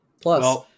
Plus